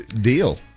deal